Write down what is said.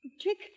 Trick